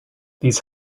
these